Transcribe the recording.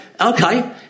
Okay